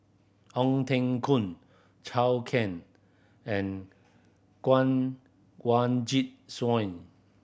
Ong Teng Koon Can and